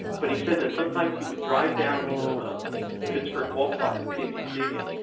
but he said that sometimes he would drive down to to pittsburgh ballpark, the pnc stadium,